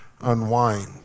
unwind